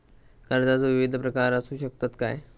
कर्जाचो विविध प्रकार असु शकतत काय?